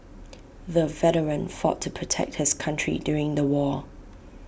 the veteran fought to protect his country during the war